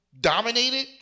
Dominated